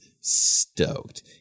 stoked